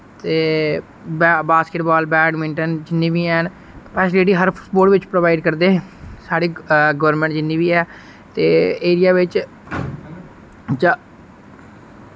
ते बे basketball badminton जिन्ने बी हैन फैसिलिटी हर स्पोर्ट बिच प्रोवाइड करदे साढ़ी गोरमैंट जिन्नी बी ऐ ते एरिया बिच जा